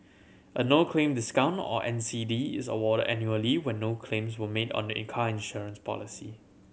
a no claim discount or N C D is awarded annually when no claims were made on the in car insurance policy